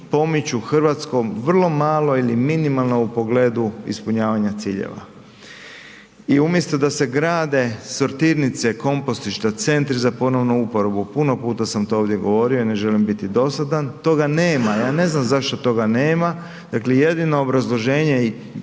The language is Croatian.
pomiču Hrvatskom vrlo malo ili minimalno u pogledu ispunjavanja ciljeva. I umjesto da se grade sortirnice, kompostišta, centri za ponovnu uporabu, puno puta sam to ovdje govorio i ne želim biti dosadan. Toga nema, ja ne znam zašto toga nema. Dakle jedino obrazloženje i